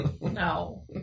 No